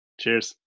cheers